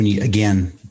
Again